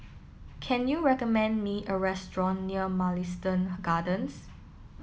can you recommend me a restaurant near Mugliston Gardens